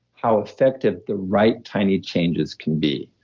how effective the right tiny changes can be.